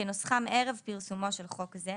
כנוסחם ערב פרסומו של חוק זה,